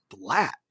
flat